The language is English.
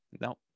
Nope